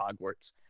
Hogwarts